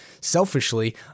Selfishly